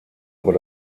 über